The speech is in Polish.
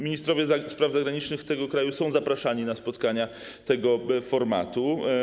Ministrowie spraw zagranicznych tego kraju są zapraszani na spotkania tego formatu.